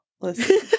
Listen